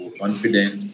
confident